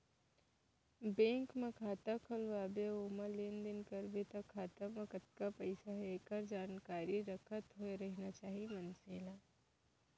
bank म खाता खोलवा बे अउ ओमा लेन देन करबे त खाता म कतका पइसा हे एकर जानकारी राखत होय रहिना चाही मनसे ल